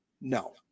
No